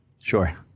Sure